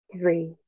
three